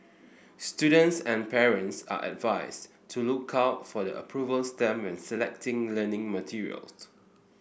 students and parents are advised to look out for the approval stamp and selecting learning materials